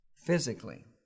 Physically